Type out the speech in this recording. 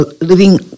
Living